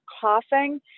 coughing